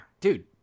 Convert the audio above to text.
Dude